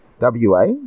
WA